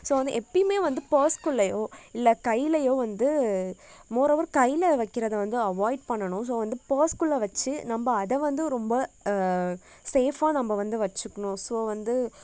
so வந்து எப்போயுமே வந்து பர்ஸ் குள்ளையோ இல்லை கைலயோ வந்து மோரோவர் கையில் வைக்கிறதை வந்து அவாய்ட் பண்ணணும் ஸோ வந்து பர்ஸ் குள்ள வச்சி நம்ம அதை வந்து ரொம்ப சேஃபாக நம்ம வந்து வச்சிக்கணும் ஸோ வந்து